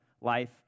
life